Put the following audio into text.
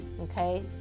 okay